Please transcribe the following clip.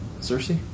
Cersei